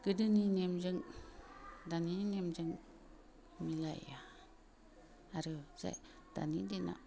गोदोनि नेमजों दानि नेमजों मिलाया आरो जाय दानि दिना